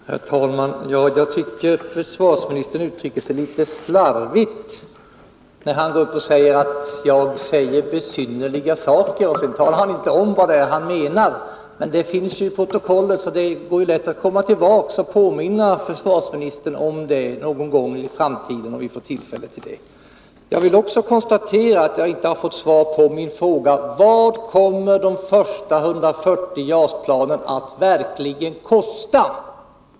Herr talman! Jag tycker försvarsministern uttrycker sig litet slarvigt när han går upp och påstår att jag säger besynnerliga saker, men han talar inte om vad det är han menar. Det står emellertid i protokollet, så det är lätt att komma tillbaka och påminna försvarsministern om det någon gång i framtiden, om vi får tillfälle till det. Jag vill konstatera att jag inte har fått svar på min fråga: Hur mycket kommer de första 140 JAS-planen verkligen att kosta?